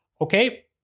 okay